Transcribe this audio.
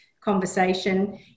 conversation